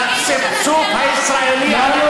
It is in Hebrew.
משלמים את המחיר, ענת ברקו, נא לא להפריע